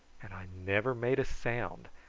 and i never made a sound,